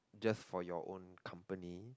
just for your own company